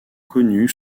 connu